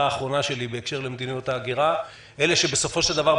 האחרונה שלי בקשר למדיניות ההגירה אלה שבסופו של דבר,